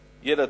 לילדים.